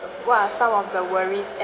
what some of the worries